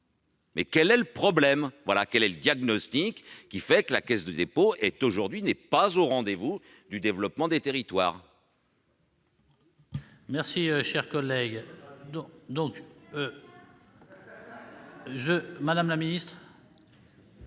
Mais quel est le problème ? Sur quel diagnostic l'idée que la Caisse de dépôt n'est pas au rendez-vous du développement des territoires